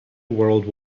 world